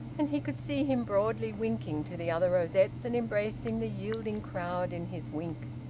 and he could see him broadly winking to the other rosettes and embracing the yielding crowd in his wink.